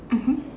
mmhmm